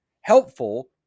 helpful